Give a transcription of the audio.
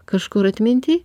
kažkur atminty